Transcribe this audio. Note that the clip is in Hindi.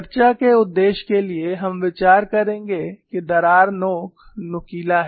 चर्चा के उद्देश्य के लिए हम विचार करेंगे कि दरार नोक नुकीला है